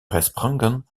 gesprongen